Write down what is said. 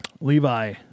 Levi